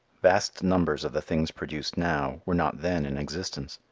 vast numbers of the things produced now were not then in existence.